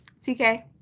tk